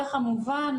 וכמובן,